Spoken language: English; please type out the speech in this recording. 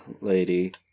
Lady